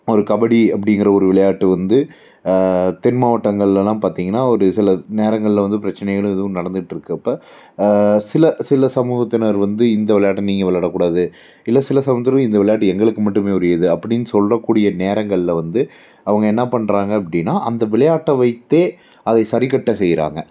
ஒரு கபடி அப்படிங்கிற ஒரு விளையாட்டு வந்து தென் மாவட்டங்கள்லலாம் பார்த்திங்கன்னா ஒரு சில நேரங்கள்ல வந்து பிரச்சனைகள் எதுவும் நடந்துகிட்ருக்கப்ப சில சில சமூகத்தினர் வந்து இந்த விளையாட்டை நீங்கள் விளையாடக்கூடாது இல்லை சில சமூகத்தினர் இந்த விளையாட்டு எங்களுக்கு மட்டுமே உரியது அப்படின்னு சொல்லக்கூடிய நேரங்கள்ல வந்து அவங்க என்ன பண்ணுறாங்க அப்படின்னா அந்த விளையாட்டை வைத்தே அதை சரிக்கட்ட செய்கிறாங்க